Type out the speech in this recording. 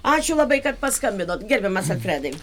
ačiū labai kad paskambinot gerbiamas alfredai